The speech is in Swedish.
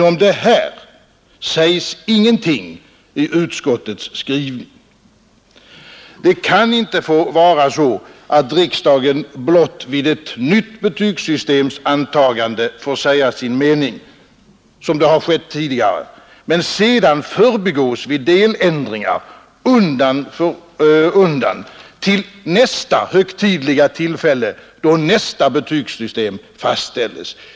Om detta sägs ingenting i utskottets skrivning. Det kan inte få vara så, att riksdagen blott vid ett nytt betygssystems antagande får säga sin mening — som har skett tidigare — men sedan förbigås vid deländringar undan för undan till nästa högtidliga tillfälle, då nästa betygssystem fastställs.